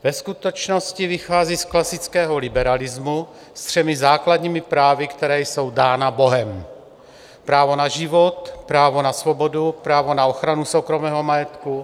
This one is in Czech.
Ve skutečnosti vychází z klasického liberalismu se třemi základními právy, která jsou dána bohem právo na život, právo na svobodu, právo na ochranu soukromého majetku.